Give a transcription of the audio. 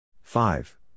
Five